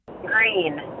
Green